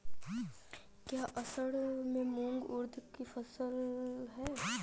क्या असड़ में मूंग उर्द कि फसल है?